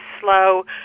slow